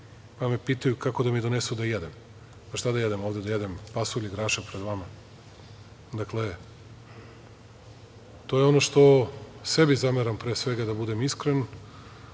pa me pitaju kako da mi donesu da jedem. Pa šta da jedem, ovde pred vama da jedem pasulj i grašak pred vama, to je ono što sebi zameram, pre svega, da budem iskren,